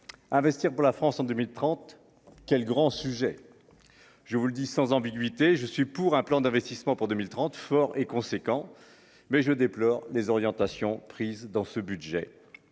investir pour la France en 2030, quel grand sujet, je vous le dis, sans ambiguïté, je suis pour un plan d'investissement pour 2030 forts est conséquent, mais je déplore les orientations prises dans ce budget,